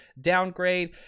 downgrade